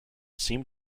seem